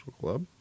Club